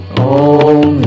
om